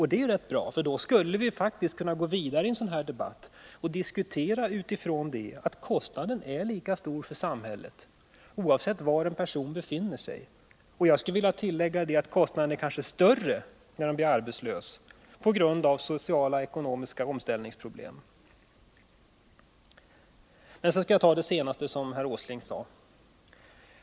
Det är bra, och vi skulle då faktiskt kunna gå vidare och diskutera utifrån detta att kostnaden är lika stor för samhället, oavsett var en person befinner sig. Och jag skulle vilja tillägga: Kostnaderna är kanske större när man blir arbetslös på grund av sociala och ekonomiska omställningsproblem. Men så till det senaste som herr Åsling sade.